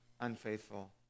unfaithful